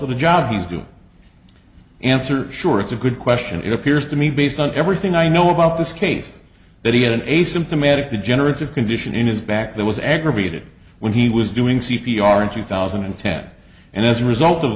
of the job he's do answer sure it's a good question it appears to me based on everything i know about this case that he had an asymptomatic the generative condition in his back that was aggravated when he was doing c p r in two thousand and ten and as a result of